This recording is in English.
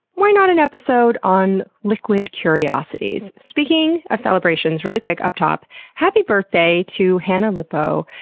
why not an episode on liquid curiosities? speaking of celebrations, really quick, up top happy birthday to hannah lipow,